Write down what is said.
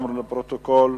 גם לפרוטוקול,